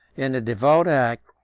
in the devout act,